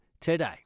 today